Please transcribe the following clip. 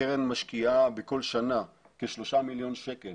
הקרן משקיעה בכול שנה כ-3,000,000 שקל